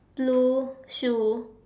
blue shoe